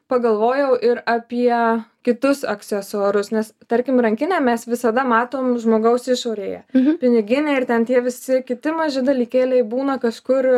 pagalvojau ir apie kitus aksesuarus nes tarkim rankinę mes visada matom žmogaus išorėje piniginę ir ten tie visi kiti maži dalykėliai būna kažkur